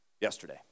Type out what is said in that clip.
yesterday